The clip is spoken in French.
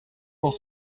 pour